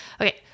Okay